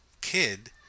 kid